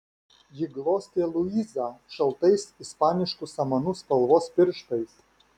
ji glostė luizą šaltais ispaniškų samanų spalvos pirštais